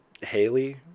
Haley